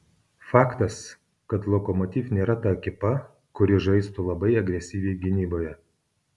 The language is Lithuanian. faktas kad lokomotiv nėra ta ekipa kuri žaistų labai agresyviai gynyboje